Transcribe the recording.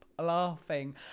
laughing